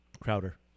Crowder